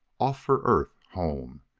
off for earth home!